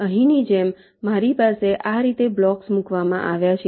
અહીંની જેમ મારી પાસે આ રીતે બ્લોક્સ મૂકવામાં આવ્યા છે